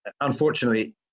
Unfortunately